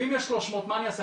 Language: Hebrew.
ואם יש 300 מה אני אעשה?